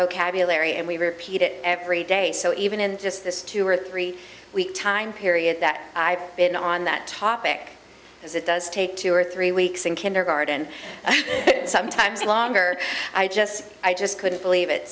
vocabulary and we repeat it every day so even in just this two or three week time period that i've been on that topic as it does take two or three weeks in kindergarten sometimes longer i just i just couldn't believe it